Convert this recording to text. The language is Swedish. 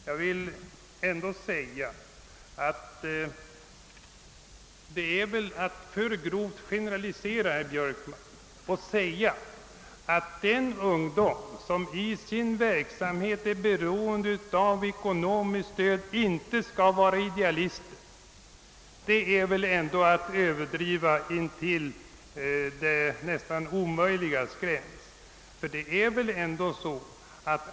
Jag anser att det är att alltför grovt generalisera, herr Björkman, när man säger att den ungdom som i sin verksamhet är beroende av ekonomiskt stöd inte skulle vara idealister. Det är väl ändå att överdriva nästan intill det omöjligas gräns.